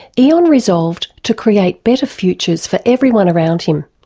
eon resolved to create better futures for everyone around him.